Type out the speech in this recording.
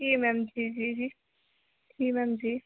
जी ma'am जी जी जी जी मैम जी